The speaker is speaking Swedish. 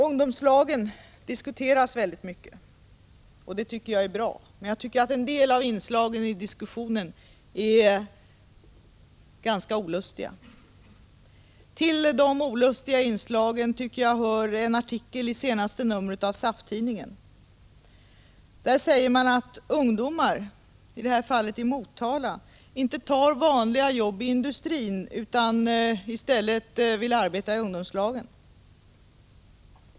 Ungdomslagen diskuteras mycket, och det tycker jag är bra. Men jag tycker att en del av inslagen i diskussionen är ganska olustiga. Till de olustiga inslagen hör en artikel i senaste numret av SAF-tidningen. Där säger man att ungdomar, i det här fallet i Motala, inte tar vanliga jobb i industrin utan i stället vill arbeta i ungdomslagen.